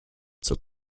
zur